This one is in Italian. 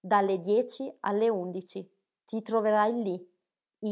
dalle dieci alle undici ti troverai lí